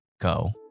Go